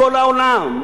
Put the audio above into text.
בכל העולם,